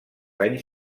anys